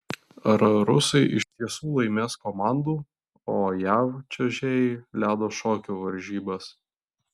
ar rusai iš tiesų laimės komandų o jav čiuožėjai ledo šokių varžybas